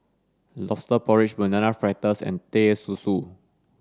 lobster porridge banana fritters and Teh Susu